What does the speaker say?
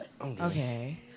Okay